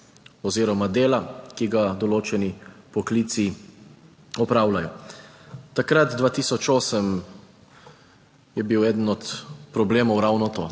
oziroma dela, ki ga določeni poklici opravljajo. Takrat 2008 je bil eden od problemov ravno to.